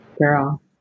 Girl